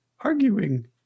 arguing